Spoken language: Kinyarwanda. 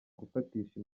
gufatisha